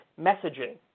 messaging